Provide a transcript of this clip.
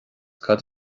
cad